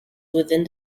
within